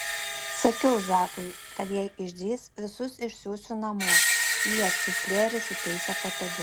sakiau zakui kad jei išdrįs visus išsiųsiu namo ji atsišliejo įsitaisė patogiau